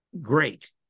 great